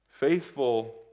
Faithful